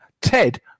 Ted